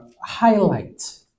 highlight